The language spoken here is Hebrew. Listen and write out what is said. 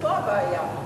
ופה הבעיות,